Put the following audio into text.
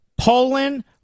Poland